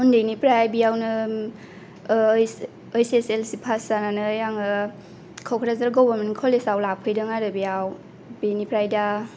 उन्दैनिफ्राय बियावनो H S L C pass जानानै आङो क'क्राझार गभरमेन्ट कलेजाव लाफैदों आरो बेयाव बिनिफ्राय दा